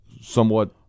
somewhat